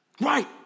Right